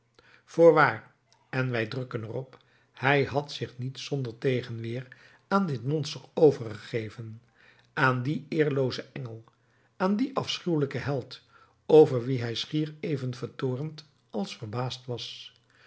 voorwaar en wij drukken er op hij had zich niet zonder tegenweer aan dit monster overgegeven aan dien eerloozen engel aan dien afschuwelijken held over wien hij schier even vertoornd als verbaasd was